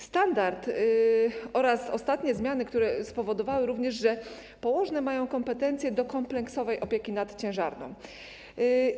Standard oraz ostatnie zmiany, które spowodowały również, że położne mają kompetencje do kompleksowej opieki nad ciężarną.